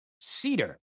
cedar